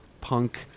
punk